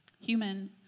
Human